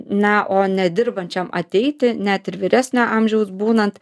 na o nedirbančiam ateiti net ir vyresnio amžiaus būnant